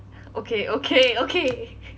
okay okay okay